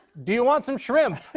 do you want some shrimp?